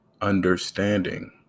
understanding